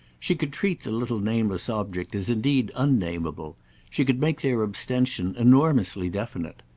she could treat the little nameless object as indeed unnameable she could make their abstention enormously definite.